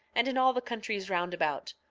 and in all the countries round about.